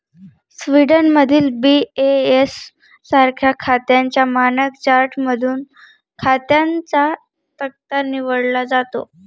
स्वीडनमधील बी.ए.एस सारख्या खात्यांच्या मानक चार्टमधून खात्यांचा तक्ता निवडला जातो